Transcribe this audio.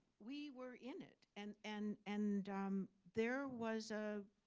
we were in it. and and and um there was a